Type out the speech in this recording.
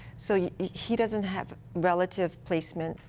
so yeah he doesn't have relative placement,